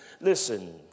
listen